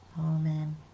Amen